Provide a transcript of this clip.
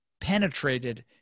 penetrated